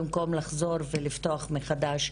במקום לחזור ולפתוח מחדש.